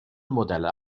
modelle